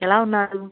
ఎలా ఉన్నారు